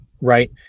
right